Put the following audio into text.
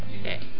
okay